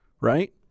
right